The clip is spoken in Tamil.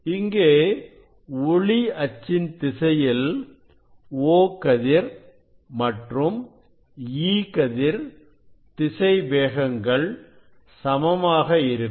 இங்கே ஒளி அச்சின் திசையில் O கதிர் மற்றும் E கதிர் திசை வேகங்கள் சமமாக இருக்கும்